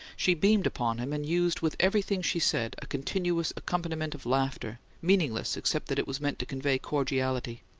she beamed upon him, and used with everything she said a continuous accompaniment of laughter, meaningless except that it was meant to convey cordiality.